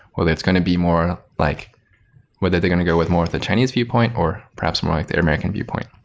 whether it's going to be more like whether they're going to go with more of the chinese viewpoint or perhaps more like the american viewpoint.